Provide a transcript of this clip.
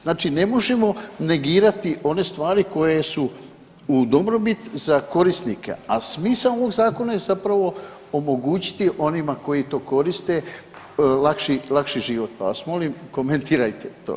Znači, ne možemo negirati one stvari koje su u dobrobit za korisnike, a smisao ovog zakona je zapravo omogućiti onima koji to koriste lakši, lakši život, pa vas molim komentirajte to.